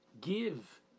give